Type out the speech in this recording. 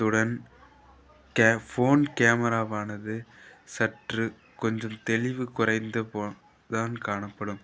அத்துடன் K phone கேமராவானது சற்று கொஞ்சம் தெளிவு குறைந்து போய் தான் காணப்படும்